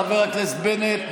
חבר הכנסת בנט,